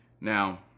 Now